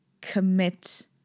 commit